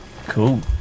Cool